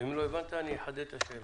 אם לא הבנת אחדד את השאלה.